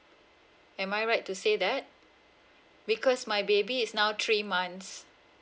am I right to say that because my baby is now three months